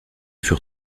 furent